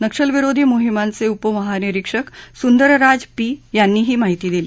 नक्षलविरोधी मोहिमांचे उपमहानिरीक्षक सुंदरराज पी यांनी ही माहिती दिली